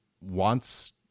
wants